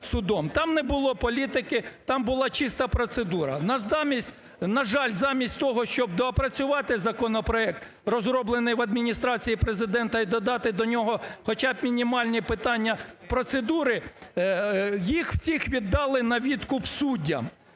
Там не було політики, там була чиста процедура. На жаль, замість того, щоб доопрацювати законопроект, розроблений в Адміністрації Президента, і додати до нього хоча б мінімальні питання процедури, їх усіх віддали на відкуп суддям.